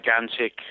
gigantic